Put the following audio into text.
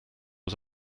aux